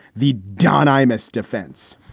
the don imus defense?